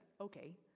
okay